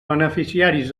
beneficiaris